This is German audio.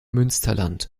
münsterland